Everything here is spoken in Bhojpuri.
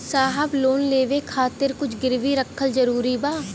साहब लोन लेवे खातिर कुछ गिरवी रखल जरूरी बा?